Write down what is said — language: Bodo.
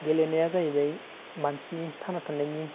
गेलेनाया जाहैबाय मानसिनि थांना थानायनि